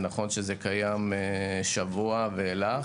נכון שזה קיים שבוע ואילך.